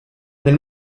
nel